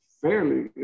fairly